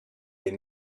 les